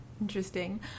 Interesting